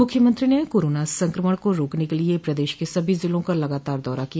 मुख्यमंत्री ने कोरोना संक्रमण को रोकने के लिये प्रदेश के सभी जिलों का लगातार दौरा किया